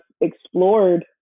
explored